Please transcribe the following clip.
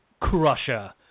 Crusher